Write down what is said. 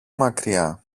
μακριά